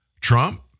Trump